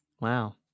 Wow